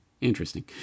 interesting